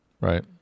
Right